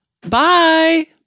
Bye